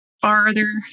farther